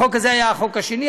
החוק הזה היה החוק השני,